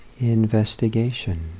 investigation